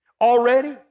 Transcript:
already